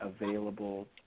available